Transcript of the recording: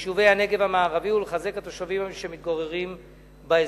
ואת יישובי הנגב המערבי ולחזק את התושבים שמתגוררים באזור.